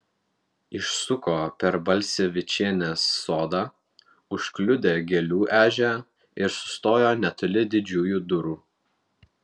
išsuko per balsevičienės sodą užkliudė gėlių ežią ir sustojo netoli didžiųjų durų